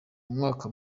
umwaka